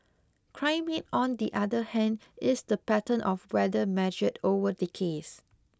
climate on the other hand is the pattern of weather measured over decades